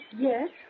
Yes